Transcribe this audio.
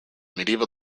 medieval